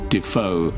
Defoe